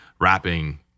rapping